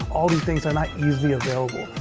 all of these things are not easily available.